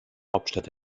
hauptstadt